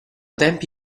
tempi